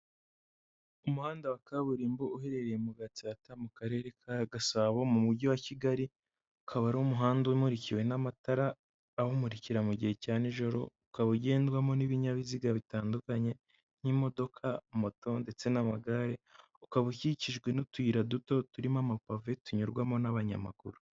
Umuhanda wa kaburimbo uherereye mu Gatsata, mu karere ka Gasabo, mu mujyi wa Kigali, ukaba ari umuhanda umurikiwe n'amatara, awumurikira mu gihe cya nijoro, ukaba ugendwamo n'ibinyabiziga bitandukanye nk'imodoka, moto ndetse n'amagare, ukaba ukikijwe n'utuyira duto turimo amapave, tunyurwamo n'abanyamaguru.